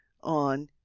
on